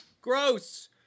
Gross